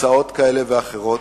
הצעות כאלה ואחרות,